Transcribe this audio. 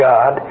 God